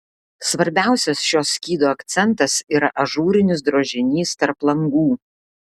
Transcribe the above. svarbiausias šio skydo akcentas yra ažūrinis drožinys tarp langų